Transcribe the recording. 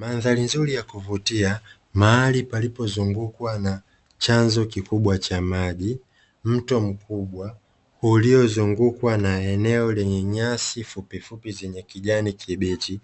Mandhari nzuri ya kuvutia mahali palipozungukwa na chanzo kikubwa cha maji, mto mkubwa uliozungukwa na eneo lenye nyasi fupifupi zenye kijani kibichi